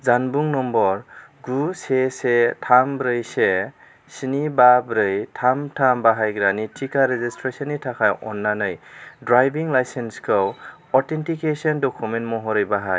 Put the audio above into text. जानबुं नम्बर गु से से थाम ब्रै से स्नि बा ब्रै थाम थाम बाहायग्रानि टिका रेजिसट्रेसननि थाखाय अन्नानै ड्राइभिं लाइसेन्सखौ अथेन्टिकेसन डकुमेन्ट महरै बाहाय